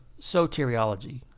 soteriology